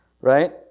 Right